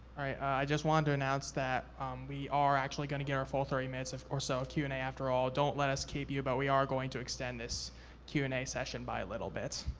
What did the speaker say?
i just wanted to announce that we are actually gonna get our full thirty minutes or so of q and a after all, don't let us keep you, but we are going to extend this q and a session by a little bit.